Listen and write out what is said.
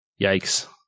Yikes